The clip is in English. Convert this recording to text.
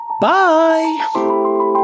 Bye